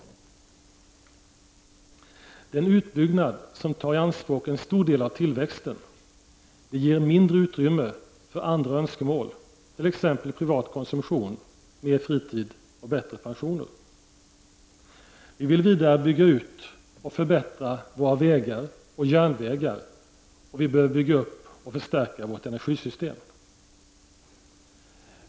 Det är en utbyggnad som tar i anspråk en stor del av tillväxten. Det ger mindre utrymme för andra önskemål, t.ex. privat konsumtion, mer fritid och bättre pensioner. Vi vill vidare bygga ut och förbättra våra vägar och järnvägar, och vi behöver bygga upp och förstärka vårt energisystem.